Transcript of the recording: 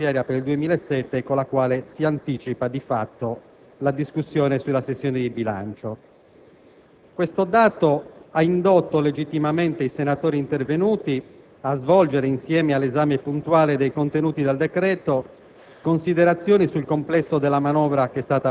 finalizzato alla copertura della manovra finanziaria per il 2007, con il quale si anticipa di fatto la discussione sulla sessione di bilancio. Questo dato ha indotto legittimamente i senatori intervenuti a svolgere, insieme all'esame puntuale dei contenuti del decreto,